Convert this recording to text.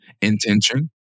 intention